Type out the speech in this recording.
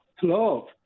Hello